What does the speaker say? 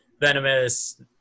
venomous